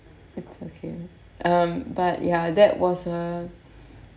it's okay um but ya that was a